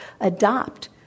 adopt